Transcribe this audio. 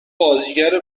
بازیگر